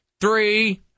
three